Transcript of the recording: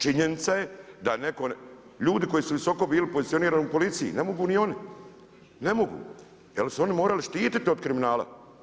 Činjenica je da netko, ljudi koji su visoko bili pozicionirani u policiji ne mogu ni oni, ne mogu jer su oni morali štititi od kriminala.